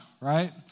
Right